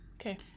Okay